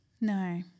No